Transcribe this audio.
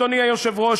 אדוני היושב-ראש,